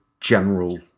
general